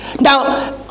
Now